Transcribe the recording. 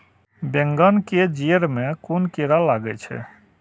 बेंगन के जेड़ में कुन कीरा लागे छै?